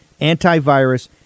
antivirus